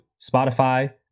Spotify